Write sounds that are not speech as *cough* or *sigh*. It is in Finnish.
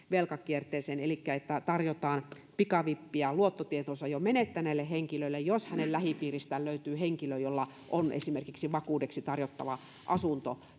*unintelligible* velkakierteeseen elikkä tarjotaan pikavippiä luottotietonsa jo menettäneelle henkilölle jos hänen lähipiiristään löytyy henkilö jolla on esimerkiksi vakuudeksi tarjottava asunto